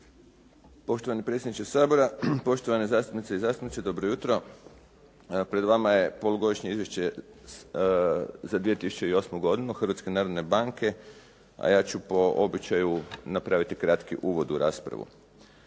Poštovani predsjedniče Sabora, poštovani zastupnice i zastupnici. Dobro jutro. Pred vama je Polugodišnje izvješće za 2008. godinu Hrvatske narodne banke a ja ću po običaju napraviti kratki uvod u raspravu.